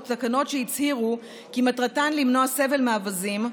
תקנות שהצהירו כי מטרתן למנוע סבל מאווזים,